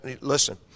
Listen